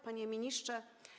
Panie Ministrze!